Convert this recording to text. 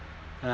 uh